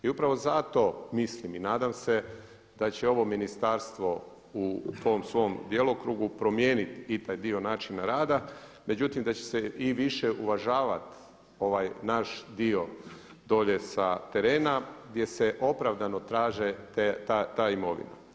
I upravo zato mislim i nadam se da će ovo ministarstvo u tom svom djelokrugu promijeniti i taj dio načina rada, međutim da će se i više uvažavati ovaj naš naš dio dolje sa terena gdje se opravdano traže ta imovina.